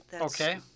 okay